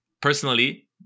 personally